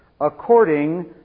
according